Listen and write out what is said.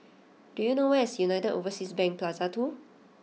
do you know where is United Overseas Bank Plaza Two